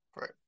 Right